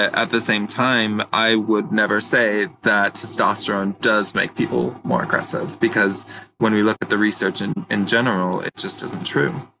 at the same time, i would never say that testosterone does make people more aggressive because when we looked at the research in in general, it just isn't true.